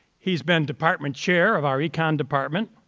he's been department chair of our econ department.